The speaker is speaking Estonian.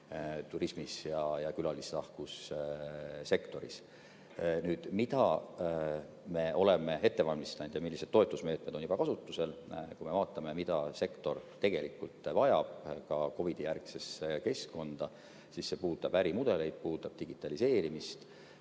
turismis ja külalislahkussektoris. Mida me oleme ette valmistanud ja millised toetusmeetmed on juba kasutusel? Kui me vaatame, mida sektor tegelikult vajab COVID-i järgsesse keskkonda, siis see puudutab ärimudeleid, puudutab digitaliseerimist.